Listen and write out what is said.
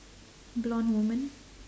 blonde woman